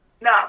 No